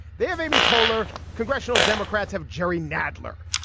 they have amy poehler. congressional democrats have jerry nadler.